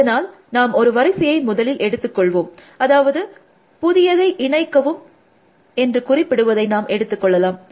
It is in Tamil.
அதனால் நாம் ஒரு வரிசையை முதலில் எடுத்து கொள்வோம் அதாவது புதியதை இணைக்கவும் என்று குறிப்பிடுவதை நாம் எடுத்து கொள்ளலாம்